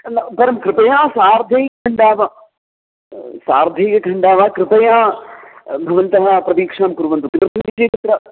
न परं कृपया सार्धैक घण्टा वा सार्धैकघण्टा वा कृपया भवन्तः प्रतीक्षां कुर्वन्तु किमर्थमिति चेत् तत्र